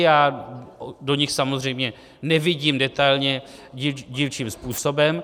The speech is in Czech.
Já do nich samozřejmě nevidím detailně, dílčím způsobem.